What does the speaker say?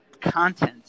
content